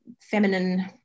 feminine